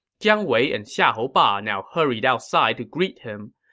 jiang wei and xiahou ba now hurried outside to greet him.